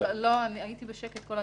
כי אני רוצה להעביר את החוקים האלה,